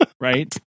Right